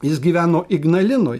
jis gyveno ignalinoj